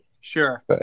sure